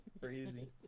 Crazy